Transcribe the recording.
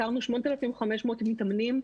סקרנו 8,500 מתאמנים,